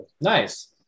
Nice